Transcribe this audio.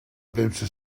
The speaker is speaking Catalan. premsa